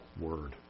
word